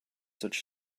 such